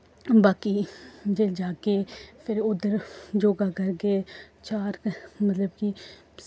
बाकी जिसले जाह्गे फिर उद्धर योग करगे चार मतलब कि